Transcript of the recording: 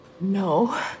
No